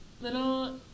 little